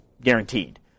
guaranteed